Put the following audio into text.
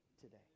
today